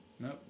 Nope